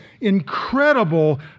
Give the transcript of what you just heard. incredible